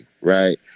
Right